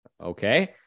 Okay